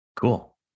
cool